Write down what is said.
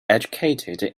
educated